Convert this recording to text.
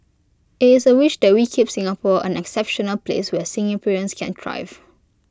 IT is A wish that we keep Singapore an exceptional place where Singaporeans can thrive